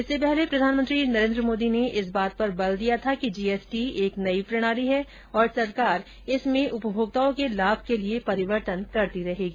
इससे पहले प्रधानमंत्री नरेन्द्र मोदी ने इस बात पर बल दिया था कि जी एस टी एक नई प्रणाली है और सरकार इसमें उपभोक्ताओं के लाभ के लिए परिवर्तन करती रहेगी